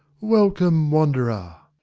welcome, wanderer.